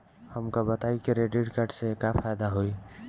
हमका बताई credit card से का फायदा होई?